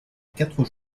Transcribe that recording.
quatre